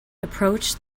approached